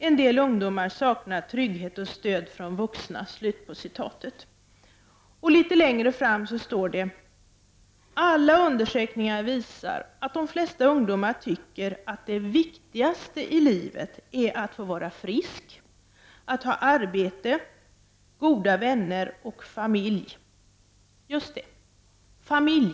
En del ungdomar saknar trygghet och stöd från vuxna.” Litet längre fram står det: ”-—— alla undersökningar visar att de flesta ungdomar tycker att det viktigaste i livet är att få vara frisk, ha arbete, goda vänner och familj”. Just det, familj.